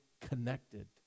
connected